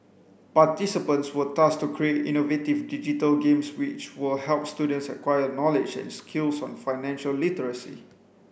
participants were tasked to create innovative digital games which will help students acquire knowledge and skills on financial literacy